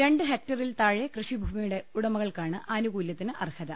രണ്ട് ഹെക്ടറിൽ താഴെ കൃഷിഭൂമിയുടെ ഉടമ കൾക്കാണ് ആനുകൂലൃത്തിന് അർഹത